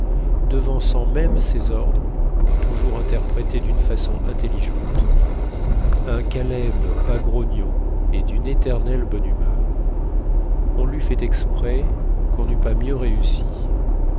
devançant même ses ordres toujours interprétés d'une façon intelligente un caleb pas grognon et d'une éternelle bonne humeur on l'eût fait exprès qu'on n'eût pas mieux réussi